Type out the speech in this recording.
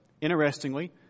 Interestingly